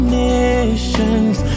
nations